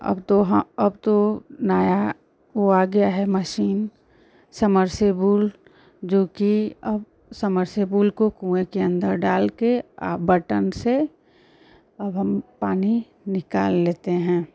अब तो हाँ अब तो नया वो आ गया है मसीन समरसेबुल जो कि अब समरसेबुल को कुएँ के अंदर डाल कर आ बटन से अब हम पानी निकाल लेते हैं